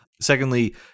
Secondly